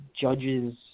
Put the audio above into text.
Judge's